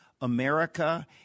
America